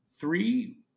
three